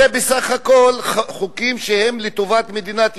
אלה בסך הכול חוקים לטובת מדינת ישראל,